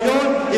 היא בהיריון,